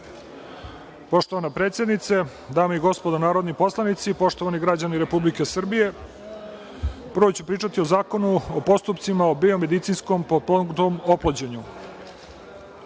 Poštovana predsednice, dame i gospodo narodni poslanici, poštovani građani Republike Srbije prvo ću pričati o Zakonu o postupcima o biomedicinskom potpomognutom oplođenju. Oblast